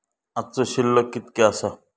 आजचो शिल्लक कीतक्या आसा?